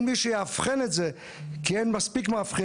ולאחר מכן אין מי שיאבחן את זה כי אין מספיק מאבחנים.